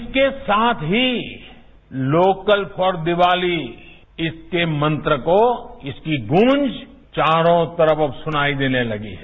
इसके साथ ही लोकल फॉर दीवाली इसके मंत्र को इसकी गूंज चारों तरफ अब सुनाई देने लगी है